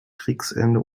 kriegsende